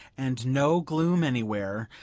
and no gloom anywhere,